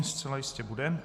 Zcela jistě bude.